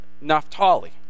Naphtali